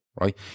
Right